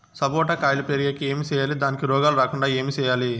సపోట కాయలు పెరిగేకి ఏమి సేయాలి దానికి రోగాలు రాకుండా ఏమి సేయాలి?